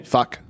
Fuck